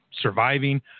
surviving